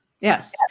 Yes